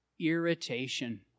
Irritation